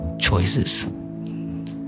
choices